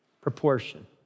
Proportion